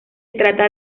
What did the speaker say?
trata